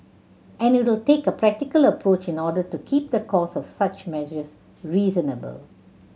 and it will take a practical approach in order to keep the cost of such measures reasonable